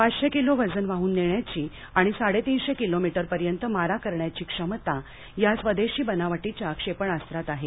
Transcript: पाचशे किलो वजन वाहन नेण्याची आणि साडेतीनशे किलोमीटरपर्यंत मारा करण्याची क्षमता या स्वदेशी बनावटीच्या क्षेपणास्त्रात आहे